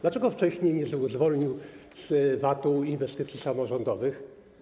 Dlaczego wcześniej nie zwolnił z VAT-u inwestycji samorządowych?